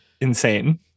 insane